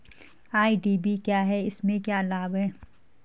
IDV क्या है इसमें क्या लाभ है?